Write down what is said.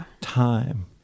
time